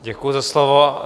Děkuji za slovo.